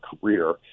career